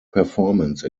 performance